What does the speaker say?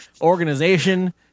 organization-